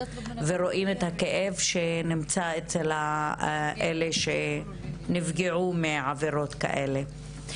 ורואים את הכאב שנמצא אצל אלה שפגעו מעבירות כאלה.